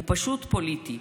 הוא פשוט פוליטי.